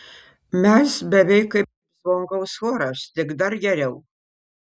mes beveik kaip zvonkaus choras tik dar geriau